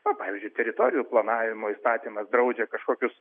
na pavyzdžiui teritorijų planavimo įstatymas draudžia kažkokius